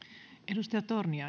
arvoisa